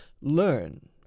learn